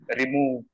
remove